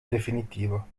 definitivo